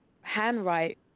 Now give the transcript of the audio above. handwrite